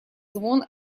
звон